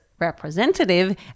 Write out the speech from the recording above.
representative